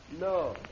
No